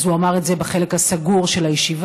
אז הוא אמר את זה בחלק הסגור של הישיבה,